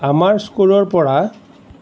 আমাৰ স্ক'ৰৰ পৰা